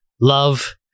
love